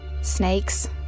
Snakes